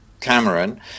Cameron